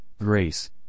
grace